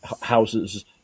houses